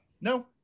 No